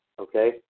okay